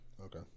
Okay